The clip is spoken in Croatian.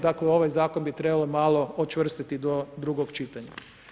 Dakle, ovaj zakon bi trebalo malo učvrstiti do drugog čitanja.